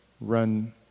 run